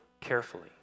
carefully